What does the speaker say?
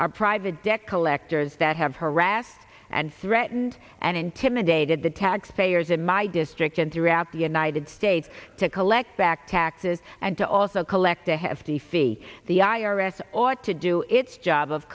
are private debt collectors that have harassed and threatened and intimidated the taxpayers in my district and throughout the united states to collect back taxes and to also collect a hefty fee the i r s ought to do its job of